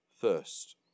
first